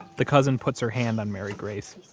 the cousin puts her hand on mary grace.